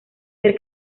ser